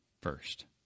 first